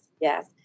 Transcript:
yes